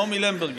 מומי למברגר.